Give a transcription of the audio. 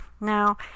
now